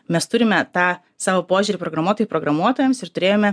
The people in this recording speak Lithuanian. mes turime tą savo požiūrį programuotojai programuotojams ir turėjome